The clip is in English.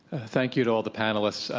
thank you to all the panelists.